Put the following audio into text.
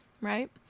right